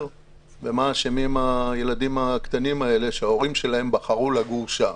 ובמה אשמים הילדים הקטנים האלה שההורים שלהם בחרו לגור שם?